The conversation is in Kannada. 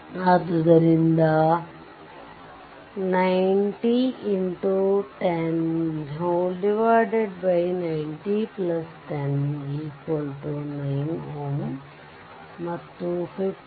ಆದ್ದರಿಂದ 90109 Ω ಮತ್ತು 55x5555275604